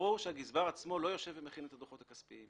ברור שהגזבר עצמו לא יושב ומכין את הדוחות הכספיים